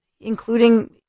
including